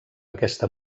aquesta